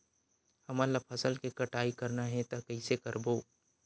हमन ला फसल के कटाई करना हे त कइसे करबो?